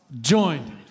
joined